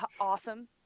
awesome